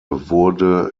wurde